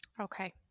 Okay